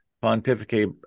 pontificate